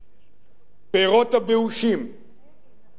פירות הבאושים של התנהגות